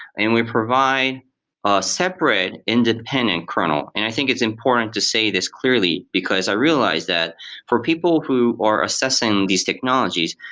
and we provide separate independent kernel. and i think it's important to say this clearly, because i realized that for people who are assessing these technologies,